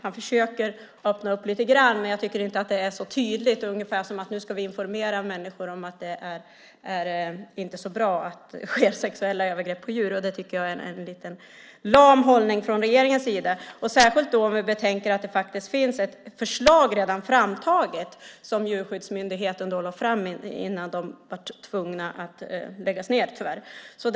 Han försöker öppna lite grann, men jag tycker inte att det är så tydligt, utan ungefär som att nu ska vi informera människor om att det inte är så bra att begå sexuella övergrepp på djur. Det tycker jag är en lite lam hållning från regeringens sida, särskilt om vi betänker att det redan finns ett förslag som Djurskyddsmyndigheten lade fram innan de var tvungna att lägga ned sin verksamhet.